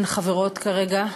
אין חברות כרגע,